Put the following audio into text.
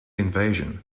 invasion